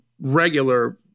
regular